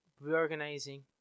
Reorganizing